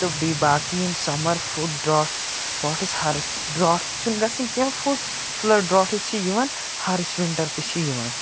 تہٕ بیٚیہِ باقی یِم سَمَر فُڈ ڈرٛاٹٕس واٹٕس ہر ڈرٛاٹٕس چھِنہٕ گژھن کینٛہہ فُڈ فٕلَڈ ڈرٛاٹٕس چھِ یِوان ہارٕش وِنٹَر تہِ چھِ یِوان